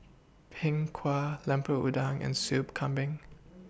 Png Kueh Lemper Udang and Soup Kambing